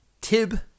Tib